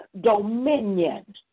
dominion